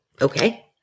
Okay